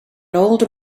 older